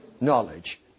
knowledge